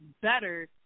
better